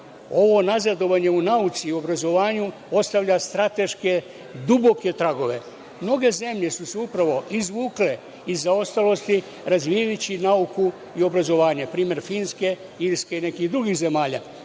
ovo nazadovanje u nauci i obrazovanju ostavlja strateški duboke tragove. Mnoge zemlje su se upravo izvukle iz zaostalosti, razvijajući nauku i obrazovanje. Tu je primer Finske, Irske i nekih drugih zemalja.